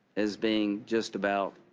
as being just about